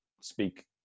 speak